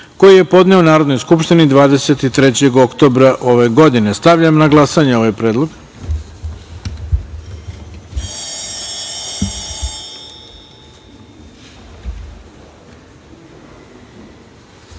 koji je podneo Narodnoj skupštini 23. oktobra 2020. godine. Stavljam na glasanje ovaj